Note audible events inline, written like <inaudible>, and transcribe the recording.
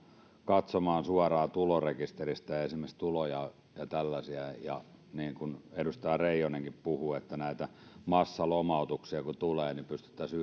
katsomaan suoraan tulorekisteristä esimerkiksi tuloja ja tällaisia ja niin kuin edustaja reijonenkin puhui että näitä massalomautuksia kun tulee niin pystyttäisiin <unintelligible>